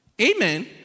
Amen